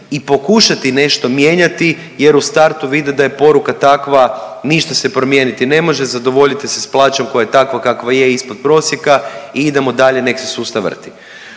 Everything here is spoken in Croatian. i pokušati nešto mijenjati jer u startu vide da je poruka takva, ništa se promijeniti ne može, zadovoljiti se s plaćom koja je takva je, ispod prosjeka i idemo dalje nek se sustav vrti.